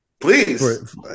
Please